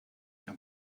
and